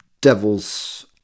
devil's